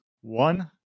one